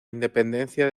independencia